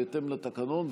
בהתאם לתקנון,